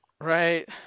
Right